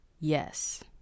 yes